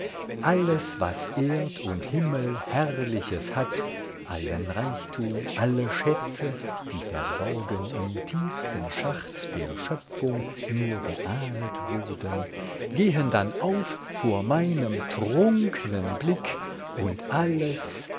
alles was erd und himmel herrliches hat allen reichtum alle schätze die verborgen im tiefsten schacht der schöpfung nur geahnet wurden gehen dann auf vor meinem trunknen blick und alles